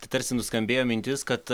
tai tarsi nuskambėjo mintis kad